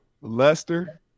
Lester